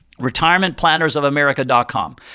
retirementplannersofamerica.com